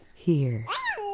here.